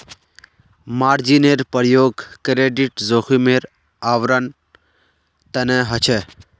मार्जिनेर प्रयोग क्रेडिट जोखिमेर आवरण तने ह छे